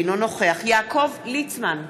אינו נוכח יעקב ליצמן,